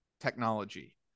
technology